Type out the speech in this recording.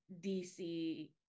dc